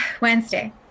wednesday